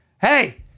hey